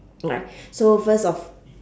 like so first of